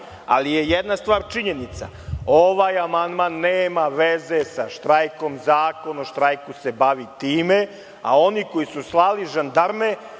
izašli. Jedna stvar je činjenica, ovaj amandman nema veze sa štrajkom, Zakon o štrajku se bavi time, a oni koji su slali žandarme